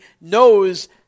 knows